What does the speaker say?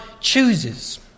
chooses